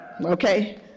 okay